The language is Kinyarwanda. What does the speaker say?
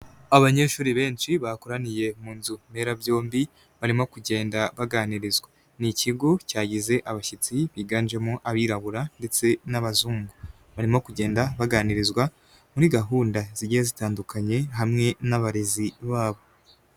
Abanyeshuri benshi bakoraniye mu nzu mberabyombi barimo kugenda baganirizwa . Ni ikigo cyagize abashyitsi biganjemo abirabura ndetse n'abazungu, barimo kugenda baganirizwa muri gahunda zigiye zitandukanye hamwe n'abarezi babo.